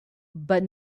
but